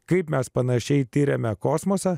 kaip mes panašiai tiriame kosmosą